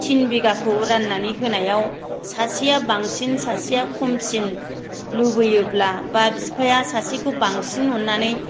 तिन बिगाखौ राननानै होनायाव सासेआ बांसिन सासेआ खमसिन लुबैयोब्ला बा बिफाया सासेखौ बांसिन अननानै